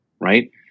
Right